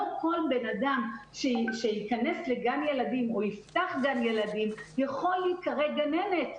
לא כל בן אדם שייכנס לגן ילדים או יפתח גן ילדים יכול להיקרא גננת.